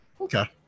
Okay